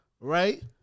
right